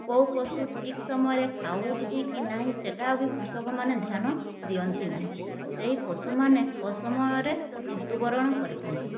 କେଉଁ ପଶୁ ଠିକ୍ ସମୟରେ ଖାଉଛି କି ନାହିଁ ସେଟା ବି କୃଷକ ମାନେ ଧ୍ୟାନ ଦିଅନ୍ତି ନାହିଁ ସେଇ ପଶୁ ମାନେ ଅସମୟରେ ମୃତ୍ୟୁ ବରଣ କରିଥାନ୍ତି